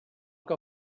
que